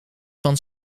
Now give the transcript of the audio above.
van